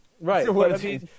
Right